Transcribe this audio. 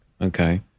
Okay